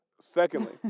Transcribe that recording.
Secondly